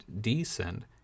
descend